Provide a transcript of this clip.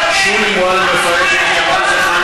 יופי.